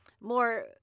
More